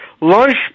lunch